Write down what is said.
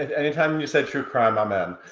anytime you said true crime, i'm in.